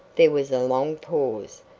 there was a long pause,